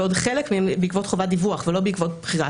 ועוד חלק מהם בעקבות חובת דיווח ולא בעקבות בחירה.